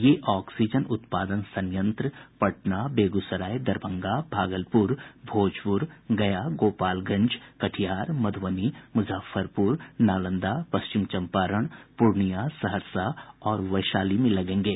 ये ऑक्सीजन उत्पादन संयंत्र पटना बेग्सराय दरभंगा भागलपुर भोजपुर गया गोपालगंज कटिहार मध्बनी मुजफ्फरपुर नालंदा पश्चिम चम्पारण पूर्णिया सहरसा और वैशाली जिलों में लगेंगे